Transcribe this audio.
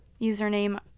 username